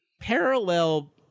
parallel